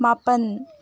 ꯃꯥꯄꯜ